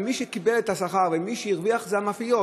ומי שקיבל את השכר ומי שהרוויח זה המאפיות.